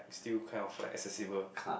still kind of like accessible